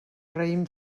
raïm